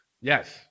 Yes